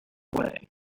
way